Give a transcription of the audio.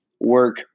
work